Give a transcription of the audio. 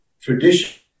tradition